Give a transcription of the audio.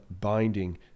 binding